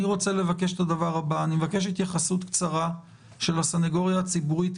אני מבקש התייחסות קצרה של הסנגוריה הציבורית.